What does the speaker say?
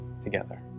together